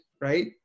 right